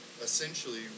essentially